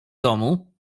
domu